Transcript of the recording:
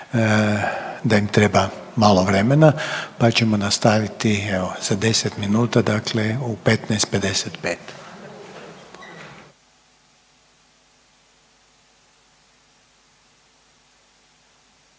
da im treba malo vremena, pa ćemo nastaviti, evo za 10 minuta, dakle u 15,55.